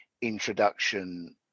introduction